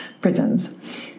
prisons